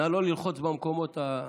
נא לא ללחוץ במקומות,